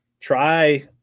try